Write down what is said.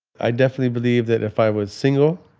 i definitely believe that if i was single,